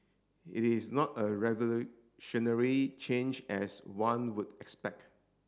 it is not a revolutionary change as one would expect